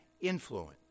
influence